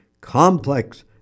complex